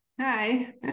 Hi